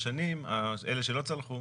אלה שלא צלחו,